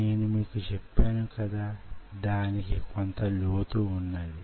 నేను మీకు చెప్పాను కదా దానికి కొంత లోతు ఉన్నది